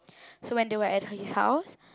so when they were at his house